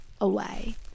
away